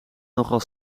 nogal